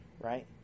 right